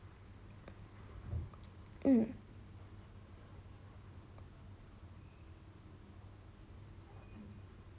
mm